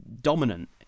dominant